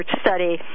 study